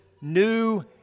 new